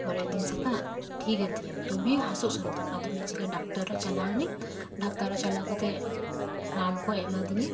ᱯᱚᱨᱮᱨ ᱫᱤᱱ ᱥᱮᱛᱟᱜ ᱴᱷᱤᱠ ᱮᱱ ᱛᱤᱧᱟᱹ ᱛᱩᱵᱮ ᱦᱟᱹᱥᱩ ᱥᱮᱱ ᱫᱚ ᱟᱰᱚ ᱢᱤᱫ ᱡᱚᱠᱷᱮᱡ ᱰᱟᱠᱴᱚᱨ ᱚᱲᱟᱜ ᱪᱟᱞᱟᱣ ᱮᱱᱟᱹᱧ ᱰᱟᱠᱛᱟᱨ ᱚᱲᱟᱜ ᱪᱟᱞᱟᱣ ᱠᱟᱛᱮ ᱨᱟᱱ ᱠᱚ ᱮᱢᱟ ᱫᱤᱧᱟᱹ